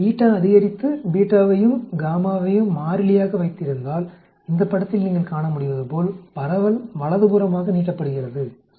அதிகரித்து ஐயும் ஐயும் மாறிலியாக வைத்திருந்தால் இந்த படத்தில் நீங்கள் காண முடிவதுபோல் பரவல் வலதுபுறமாக நீட்டப்படுகிறது சரிதானே